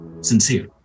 Sincere